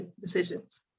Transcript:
decisions